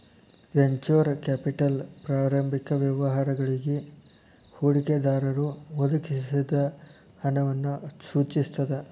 venture capital ಪ್ರಾರಂಭಿಕ ವ್ಯವಹಾರಗಳಿಗಿ ಹೂಡಿಕೆದಾರರು ಒದಗಿಸಿದ ಹಣವನ್ನ ಸೂಚಿಸ್ತದ